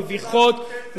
מביכות,